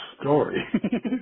story